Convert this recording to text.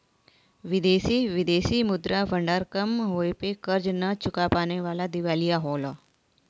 विदेशी विदेशी मुद्रा भंडार कम होये पे कर्ज न चुका पाना दिवालिया होला